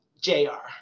J-R